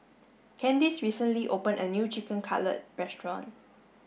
Candis recently opened a new Chicken Cutlet restaurant